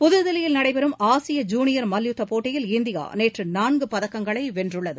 புதுதில்லியில் நடைபெறும் ஆசிய ஜூனியர் மல்யுத்த போட்டியில் இந்தியா நேற்று நான்கு பதக்கங்களை வென்றுள்ளது